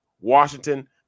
Washington